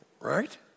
Right